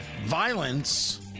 violence